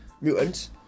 Mutants